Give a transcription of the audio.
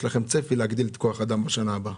לכם צפי להגדיל את כוח האדם בשנה הבאה?